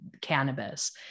cannabis